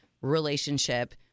relationship